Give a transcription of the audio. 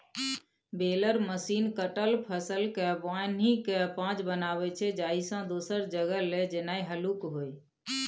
baler machine कटल फसलकेँ बान्हिकेँ पॉज बनाबै छै जाहिसँ दोसर जगह लए जेनाइ हल्लुक होइ